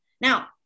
now